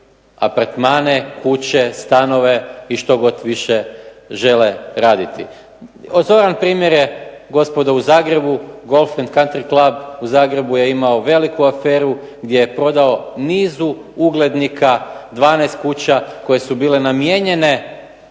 apartmane, kuće, stanove i što god više žele raditi. Otvoren primjer je gospodo u Zagrebu Golf and country club u Zagrebu je imao veliku aferu gdje je prodao nizu uglednika 12 kuća koje su bile namijenjene